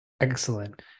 Excellent